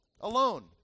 Alone